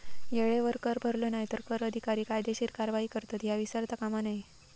येळेवर कर भरलो नाय तर कर अधिकारी कायदेशीर कारवाई करतत, ह्या विसरता कामा नये